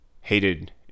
hated